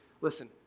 listen